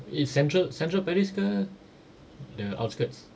if central central paris ke the outskirts